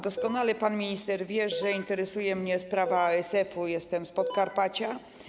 Doskonale pan minister wie, że interesuje mnie sprawa ASF-u, jestem z Podkarpacia.